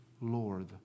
Lord